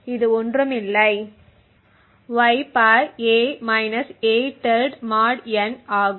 இது ஒன்றுமில்லை y a a mod n ஆகும்